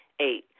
Eight